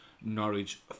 Norwich